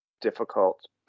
difficult